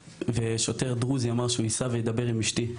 שוטר דרוזי אמר שהוא ייסע וידבר עם אשתי.